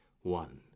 One